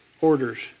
orders